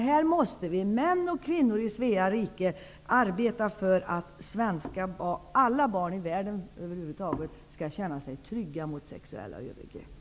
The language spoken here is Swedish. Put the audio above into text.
Här måste vi män och kvinnor i Svea rike arbeta för att alla barn i världen över huvud taget skall kunna känna sig trygga mot sexuella övergrepp.